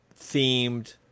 themed